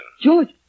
George